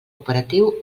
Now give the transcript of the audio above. operatiu